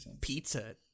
pizza